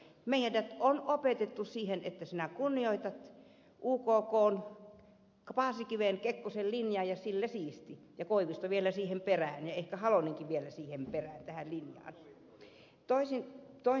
meidät on opetettu siihen että sinä kunnioitat paasikivenkekkosen linjaa ja sillä siisti ja koivisto vielä siihen perään ja ehkä halonenkin vielä siihen linjaan perään